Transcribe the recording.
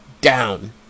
down